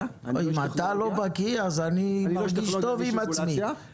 -- אם אתה לא בקי אז אני מרגיש טוב עם עצמי.